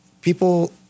people